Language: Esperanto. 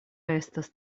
estas